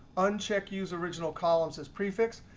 uncheck use original columns as prefix.